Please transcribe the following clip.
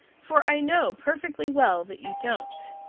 for i know perfectly well that you don't.